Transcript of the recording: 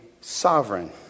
sovereign